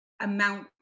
amount